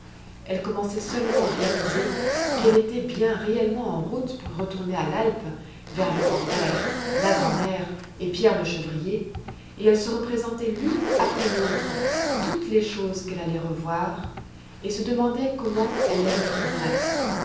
elle commençait seulement à réaliser qu'elle était bien réellement en route pour retourner à l'alpe vers le grand-père la grand'mère et pierre le chevrier elle se représentait l'une après l'autre toutes les choses qu'elle allait revoir et se demandait comment elle